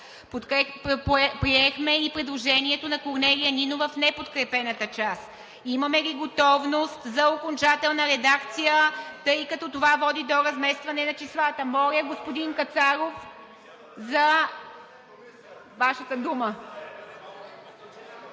приехме и предложението на Корнелия Нинова в неподкрепената част. Имаме ли готовност за окончателна редакция, тъй като това води до разместване на числата? Господин Кацаров, моля за Вашата дума